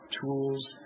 tools